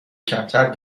کمتر